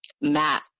Matt